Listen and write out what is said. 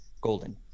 golden